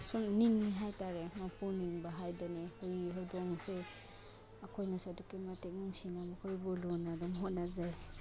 ꯁꯨꯝ ꯅꯤꯡꯏ ꯍꯥꯏꯕ ꯇꯥꯔꯦ ꯃꯄꯨ ꯅꯤꯡꯕ ꯍꯥꯏꯕꯗꯨꯅꯤ ꯍꯨꯏ ꯍꯧꯗꯣꯡꯁꯦ ꯑꯩꯈꯣꯏꯅꯁꯨ ꯑꯗꯨꯛꯀꯤ ꯃꯇꯤꯛ ꯅꯨꯡꯁꯤꯅ ꯃꯈꯣꯏꯕꯨ ꯂꯨꯅ ꯑꯗꯨꯝ ꯍꯣꯠꯅꯖꯩ